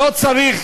לא צריך,